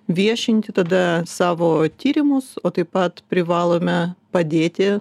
viešinti tada savo tyrimus o taip pat privalome padėti